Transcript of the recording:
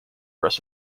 rest